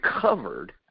covered